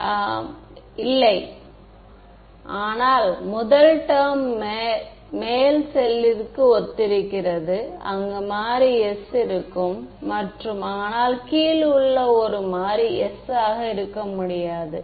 மாணவர் இல்லை ஆனால் முதல் டெர்ம் மேல் செல்லிற்கு ஒத்திருக்கிறது அங்கு மாறி s இருக்கும் மற்றும் ஆனால் கீழ் உள்ள ஒரு மாறி s ஆக இருக்க முடியாது